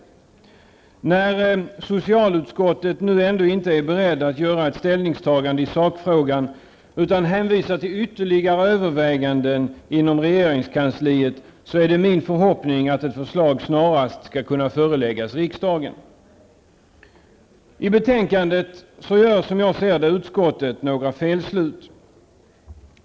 Ledamöterna i socialutskottet är ännu inte beredda att göra ett ställningstagande i sakfrågan utan hänvisar till ytterligare överväganden i regeringskansliet. Det är därför min förhoppning att ett förslag snarast skall kunna föreläggas riksdagen. I betänkandet gör, som jag ser det, utskottet några felslut.